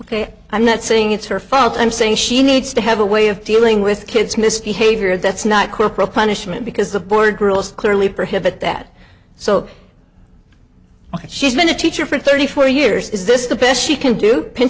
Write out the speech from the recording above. ok i'm not saying it's her fault i'm saying she needs to have a way of dealing with kids misbehavior that's not corporal punishment because the board rules clearly prohibit that so well she's been a teacher for thirty four years is this the best she can do pi